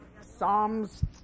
Psalms